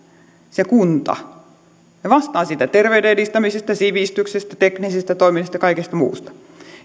se kunta se vastaa terveyden edistämisestä sivistyksestä teknisistä toiminnoista ja kaikesta muusta